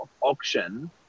auction